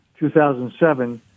2007